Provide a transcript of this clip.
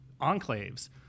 enclaves